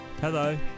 hello